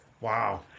Wow